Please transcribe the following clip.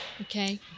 okay